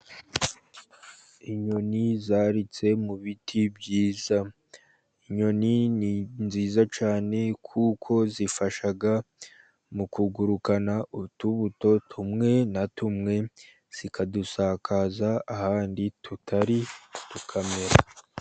Inyoni zaritse mu biti byiza. Inyoni ni nziza cyane kuko zifasha mugurukana utubuto tumwe na tumwe zikadusakaza ahandi tutari tukamera.